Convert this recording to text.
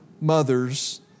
mothers